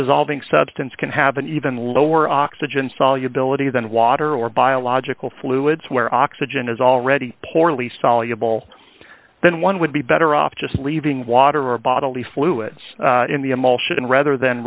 dissolving substance can have an even lower oxygen solubility than water or biological fluids where oxygen is already poorly soluble then one would be better off just leaving water or bodily fluids in the emotion rather than